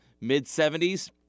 mid-70s